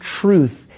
truth